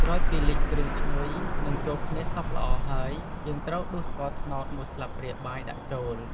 ក្រោយពីលីងគ្រឿងឈ្ងុយ និងចូលគ្នាសព្វល្អហើយ យើងត្រូវដួសស្ករត្នោតមួយស្លាបព្រាបាយដាក់ចូល។